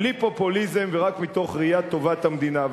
בלי פופוליזם ורק מתוך ראיית טובת המדינה.